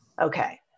Okay